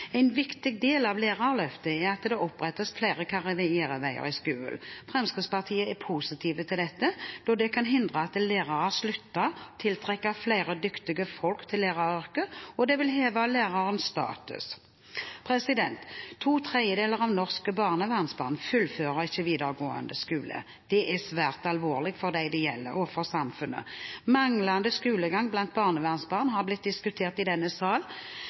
En viktig del av Lærerløftet er at det opprettes flere karriereveier i skolen. Fremskrittspartiet er positive til dette, da det kan hindre at lærere slutter, tiltrekke flere dyktige folk til læreryrket og heve lærerens status. To tredjedeler av norske barnevernsbarn fullfører ikke videregående skole. Det er svært alvorlig for dem det gjelder, og for samfunnet. Manglende skolegang blant barnevernsbarn har blitt diskutert i denne sal,